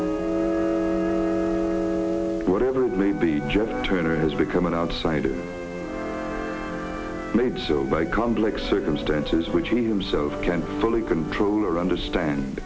whatever it may be jeff turner has become an outsider made so by complex circumstances which he himself can't fully control or understand